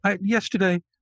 yesterday